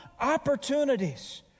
opportunities